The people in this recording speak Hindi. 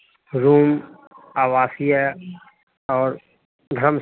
रूम आवासीय और धर्म